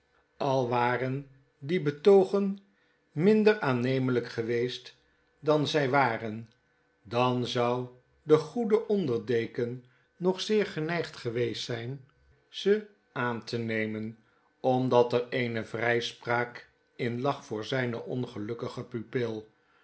al waren die betogen minder aannemelyk geweest dan zy waren dan zou de goede onder deken nog zeer geneigd geweest zijn ze aan te nemen omdat er eene vryspraak in lag voor zyn ongelukkigen pupil